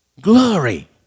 glory